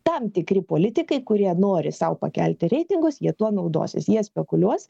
tam tikri politikai kurie nori sau pakelti reitingus jie tuo naudosis jie spekuliuos